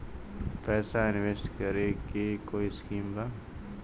पैसा इंवेस्ट करे के कोई स्कीम बा?